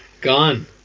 Gone